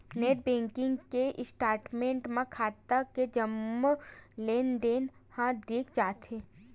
net banking के statement म खाता के जम्मो लेनदेन ह दिख जाथे